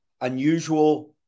unusual